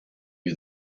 you